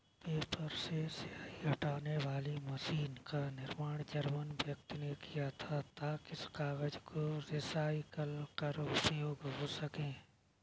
paper से स्याही हटाने वाली मशीन का निर्माण जर्मन व्यक्ति ने किया था ताकि कागज को रिसाईकल कर उपयोग हो सकें